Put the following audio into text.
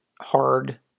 hard